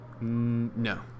no